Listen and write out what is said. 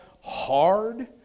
hard